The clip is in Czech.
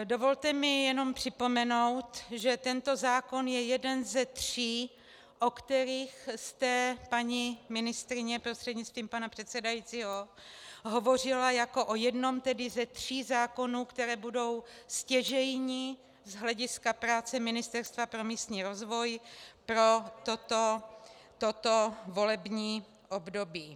Dovolte mi jenom připomenout, že tento zákon je jeden ze tří, o kterých jste, paní ministryně prostřednictvím pana předsedajícího, hovořila jako o jednom ze tří zákonů, které budou stěžejní z hlediska práce Ministerstva pro místní rozvoj pro toto volební období.